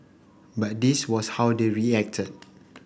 but this was how they reacted